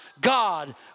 God